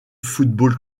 football